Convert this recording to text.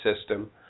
system